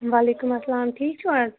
وعلیکُم اسلام ٹھیٖک چھُوا